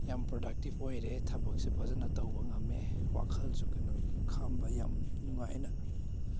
ꯌꯥꯝ ꯄ꯭ꯔꯗꯛꯇꯤꯞ ꯑꯣꯏꯔꯦ ꯊꯕꯛꯁꯨ ꯐꯖꯅ ꯇꯧꯕ ꯉꯝꯃꯦ ꯋꯥꯈꯜꯁꯨ ꯀꯩꯅꯣ ꯈꯟꯕ ꯌꯥꯝ ꯅꯨꯡꯉꯥꯏꯅ